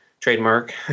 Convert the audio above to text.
trademark